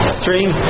stream